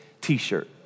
T-shirt